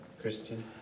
Christian